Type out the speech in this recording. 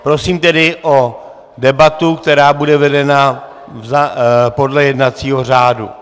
Prosím tedy o debatu, která bude vedena podle jednacího řádu.